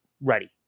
ready